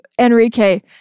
Enrique